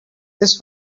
this